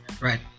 Right